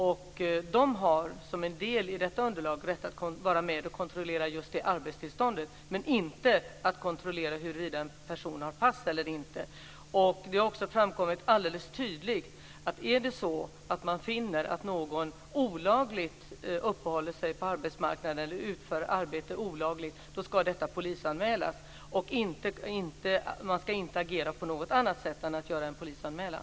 Man har som en del i detta underlag rätt att vara med och kontrollera just arbetstillståndet, men inte att kontrollera huruvida en person har pass eller inte. Det har också framkommit alldeles tydligt att om man finner att någon olagligt uppehåller sig på arbetsmarknaden eller utför arbete olagligt så ska detta polisanmälas. Man ska inte agera på något annat sätt än att göra en polisanmälan.